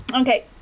Okay